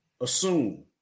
assume